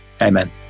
Amen